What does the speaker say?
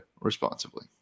responsibly